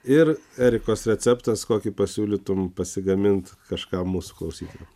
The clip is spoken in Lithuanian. ir erikos receptas kokį pasiūlytum pasigaminti kažkam mūsų klausytojų